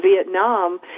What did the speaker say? Vietnam